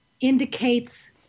indicates